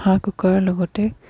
হাঁহ কুকুৰাৰ লগতে